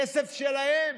כסף שלהם